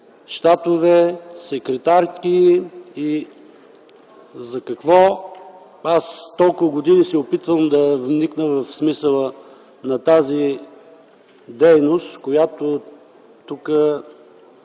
щатове, секретарки. За какво толкова години се опитвам да вникна в смисъла на тази дейност, която тук